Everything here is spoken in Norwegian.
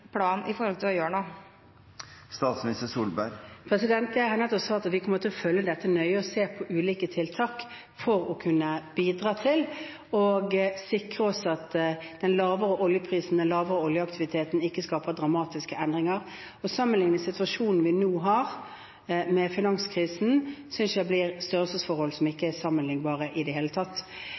å gjøre noe? Jeg har nettopp svart at vi kommer til å følge dette nøye og se på ulike tiltak for å kunne bidra til – og sikre oss – at den lavere oljeprisen og den lavere oljeaktiviteten ikke skaper dramatiske endringer. Å sammenligne situasjonen vi nå har, med finanskrisen synes jeg blir å sammenligne størrelser som ikke er sammenlignbare i det hele tatt.